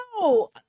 no